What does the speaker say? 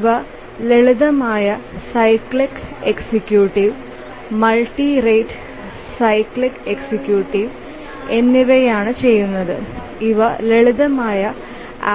ഇവ ലളിതമായ cyclic executive multi rate cyclic executive എന്നിവയാണ് ചെയ്യുന്നത് ഇവ ലളിതമായ